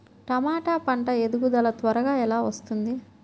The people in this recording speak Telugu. టమాట పంట ఎదుగుదల త్వరగా ఎలా వస్తుంది?